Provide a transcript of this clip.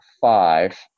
five